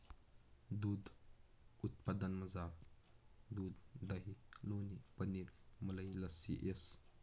दूध उत्पादनमझार दूध दही लोणी पनीर मलई लस्सी येस